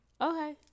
Okay